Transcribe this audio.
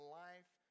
life